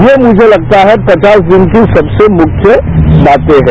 ये मुझे लगता है कि पचास दिन की सबसे मुख्य बाते है